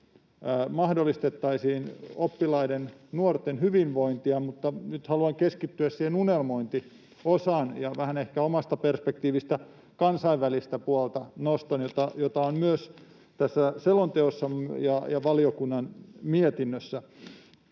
mahdollistettaisiin oppilaiden ja nuorten hyvinvointia, mutta nyt haluan keskittyä siihen unelmointiosaan, ja vähän ehkä omasta perspektiivistäni kansainvälistä puolta nostan, jota on myös tässä selonteossa ja valiokunnan mietinnössä.